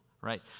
right